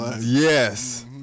Yes